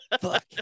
Fuck